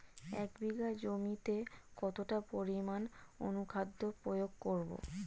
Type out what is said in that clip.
এক বিঘা জমিতে কতটা পরিমাণ অনুখাদ্য প্রয়োগ করব?